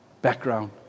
background